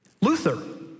Luther